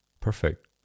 Perfect